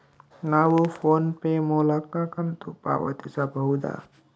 ನಾವು PhonePe ಮೂಲಕ ಕಂತು ಪಾವತಿಸಬಹುದಾ?